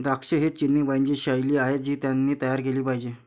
द्राक्षे ही चिनी वाइनची शैली आहे जी त्यांनी तयार केली पाहिजे